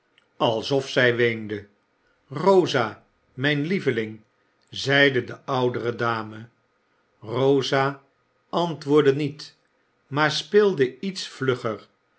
alsof zij weende rosa mijn lieveling zeide de oudere dame rosa antwoordde niet maar speelde iets vlugger